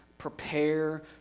prepare